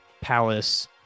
palace